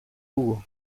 hugo